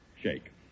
Shake